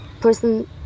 person